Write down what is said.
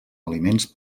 aliments